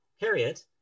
Harriet